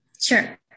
Sure